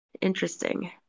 interesting